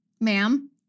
Ma'am